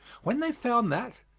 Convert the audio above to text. when they found that,